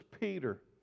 Peter